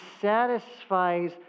satisfies